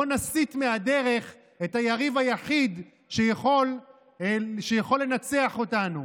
בוא נסיט מהדרך את היריב היחיד שיכול לנצח אותנו.